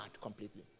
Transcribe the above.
completely